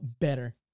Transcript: better